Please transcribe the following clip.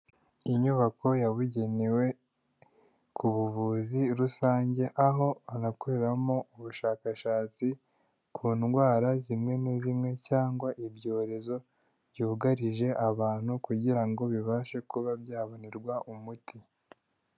Inyubako yabugenewe ku buvuzi rusange, aho hanakoreramo ubushakashatsi ku ndwara zimwe na zimwe cyangwa ibyorezo byugarije abantu kugira ngo bibashe kuba byabonerwa umuti.